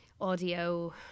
Audio